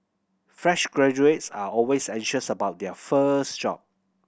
fresh graduates are always anxious about their first job